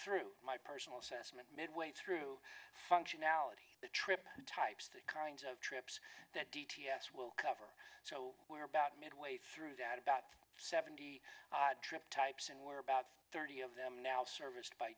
through my personal assessment midway through functionality the trip types the kinds of trips that d t s will cover so we're about midway through that about seventy trip types and we're about thirty of them now serviced by